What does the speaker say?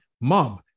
Mom